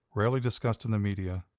rarely discussed in the media,